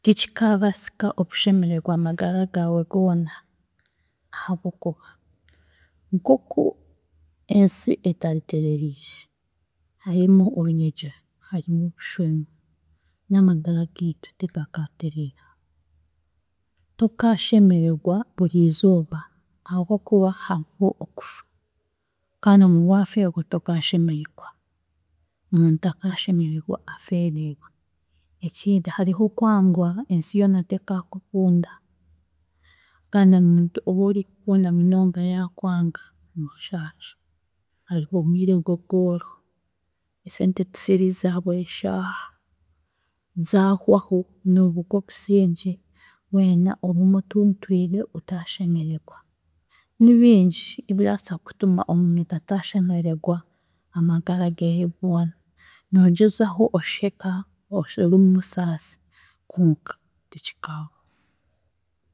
Tikikaabaasika okushemererwa amagara gaawe goona ahabw'okuba. Nk'oku ensi etantereriire, harimu obunyegyero, harimu obushuumo n'amagara giitu tigakaateereera, tokaashemererwa buriizooba ahabw'okuba hariho okufa, kandi waafeegwa tokaashemeregwa, omuntu takaashemeregwa afeeriirwe, ekindi hariho okwangwa, ensi yoona tekaakukunda kandi omuntu ou orikukunda munonga yaakwanga nooshaasha, hariho obwire bw'obworo, esente tiziri za buri shaaha, zaahwaho noobugwa obusingye, weena ogume otuntwire otaashemeregwa. Nibingi ebiraasa kituma omuntu ataashemeregwa amagara geeye goona, noogyezaho osheka ori omu busaasi konka tikikaabaho.